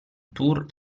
tour